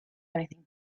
anything